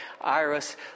Iris